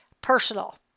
personal